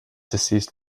deceased